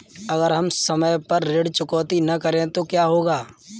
अगर हम समय पर ऋण चुकौती न करें तो क्या होगा?